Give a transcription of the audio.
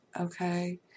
okay